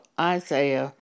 Isaiah